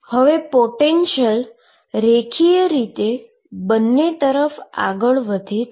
હવે પોટેંશીઅલ રેખીય રીતે બંને તરફ વધે છે